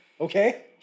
okay